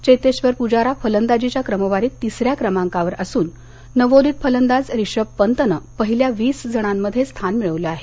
चेतेश्वर पुजारा फलंदाजीच्या क्रमवारीत तिसऱ्या क्रमांकावर असून नवोदित फलंदाज रिषभ पंतनं पहिल्या वीस जणांमध्ये स्थान मिळवलं आहे